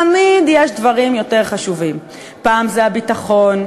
תמיד יש דברים יותר חשובים: פעם זה הביטחון,